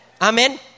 Amen